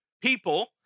people